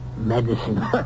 Medicine